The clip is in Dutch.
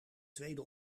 tweede